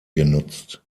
genutzt